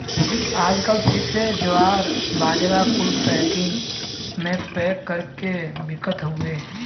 आजकल फिर से जवार, बाजरा कुल पैकिट मे पैक कर के बिकत हउए